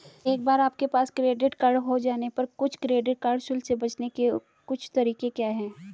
एक बार आपके पास क्रेडिट कार्ड हो जाने पर कुछ क्रेडिट कार्ड शुल्क से बचने के कुछ तरीके क्या हैं?